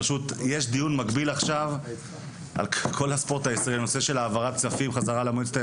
יש דיון מקביל עכשיו על הנושא של העברת כספים בספורט הישראלי.